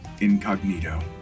incognito